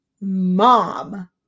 mom